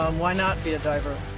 um why not be a diver?